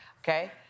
Okay